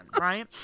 right